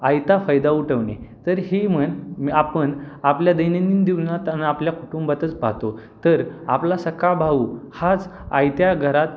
आयता फायदा उठवणे तर ही म्हण आपण आपल्या दैनंदिन जीवनात आणि आपल्या कुटुंबातच पाहतो तर आपला सख्खा भाऊ हाच आयत्या घरात